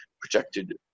projected